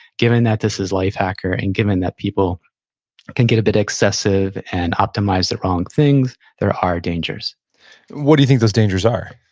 given that this is life hacker, and given that people can get a bit excessive and optimize the wrong things, there are dangers what do you think those dangers are?